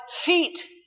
feet